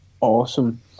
awesome